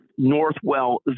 Northwell